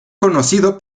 conocido